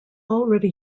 already